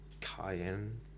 Cayenne